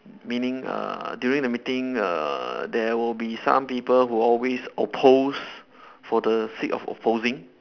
meaning uh during a meeting err there will be some people who always oppose for the sake of opposing